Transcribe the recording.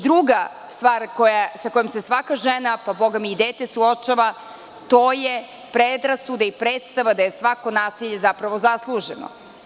Druga stvar sa kojom se svaka žena, pa bogami i dete suočava to su predrasude i predstave da je svako nasilje zapravo zasluženo.